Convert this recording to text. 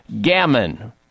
Gammon